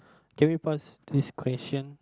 can we pause this question